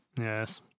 Yes